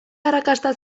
arrakasta